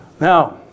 Now